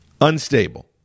unstable